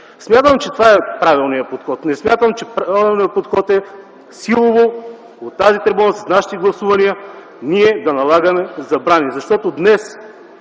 Смятам, че това е правилният подход. Не смятам, че правилният подход е силово, от тази трибуна, с нашите гласувания ние да налагаме забрани. Първо, днес